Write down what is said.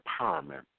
empowerment